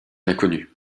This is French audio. l’inconnu